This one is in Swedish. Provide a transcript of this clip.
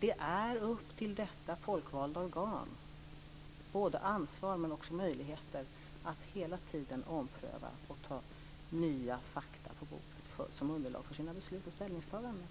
Det är upp till detta folkvalda organ att hela tiden ompröva och ta nya fakta som underlag för sina beslut och ställningstaganden.